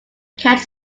catch